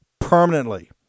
permanently